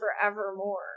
forevermore